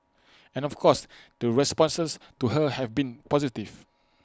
and of course the responses to her have been positive